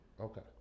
Okay